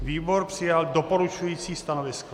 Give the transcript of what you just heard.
Výbor přijal doporučující stanovisko.